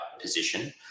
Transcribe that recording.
position